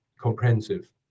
comprehensive